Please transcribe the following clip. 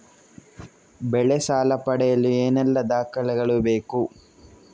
ಬೆಳೆ ಸಾಲ ಪಡೆಯಲು ಏನೆಲ್ಲಾ ದಾಖಲೆಗಳು ಬೇಕು?